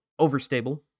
overstable